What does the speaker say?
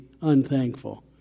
unthankful